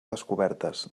descobertes